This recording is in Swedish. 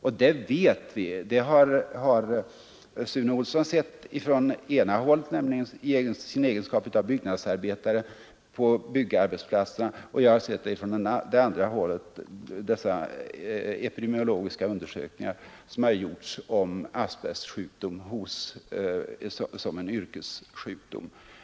Och detta vet vi — det har Sune Olsson sett från det ena hållet, nämligen i sin egenskap av byggnadsarbetare på byggarbetsplatserna, och jag från det andra hållet i litteraturen om de epidemiologiska undersökningar som har gjorts om asbestsjukdom som en yrkessjukdom.